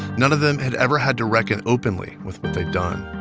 none of them had ever had to reckon openly with what they'd done.